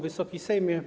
Wysoki Sejmie!